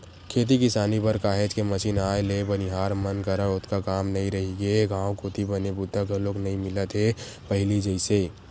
खेती किसानी बर काहेच के मसीन आए ले बनिहार मन करा ओतका काम नइ रहिगे गांव कोती बने बूता घलोक नइ मिलत हे पहिली जइसे